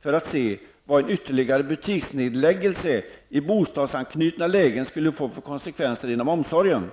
för att se vad en ytterligare butiksnedläggelse i bostadsanknutna lägen skulle få för konsekvenser inom omsorgen.